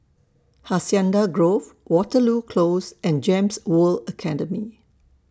Hacienda Grove Waterloo Close and Gems World Academy